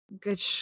Good